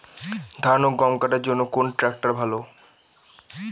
ধান ও গম কাটার জন্য কোন ট্র্যাক্টর ভালো?